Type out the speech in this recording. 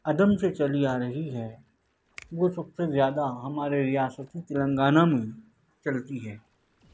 عدم سے چلی آرہی ہے وہ سب سے زیادہ ہمارے ریاست تلنگانہ میں چلتی ہے